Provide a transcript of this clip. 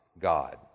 God